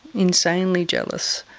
insanely jealous,